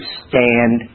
stand